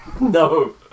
No